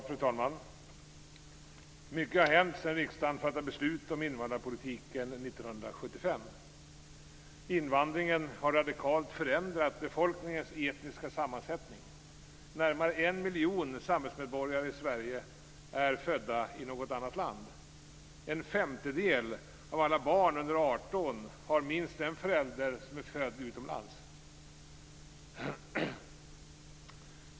Fru talman! Mycket har hänt sedan riksdagen fattade beslut om invandrarpolitiken år 1975. Invandringen har radikalt förändrat befolkningens etniska sammansättning. Närmare 1 miljon samhällsmedborgare i Sverige är födda i något annat land. En femtedel av alla barn under 18 år har minst en förälder som är född utomlands.